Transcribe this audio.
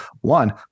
one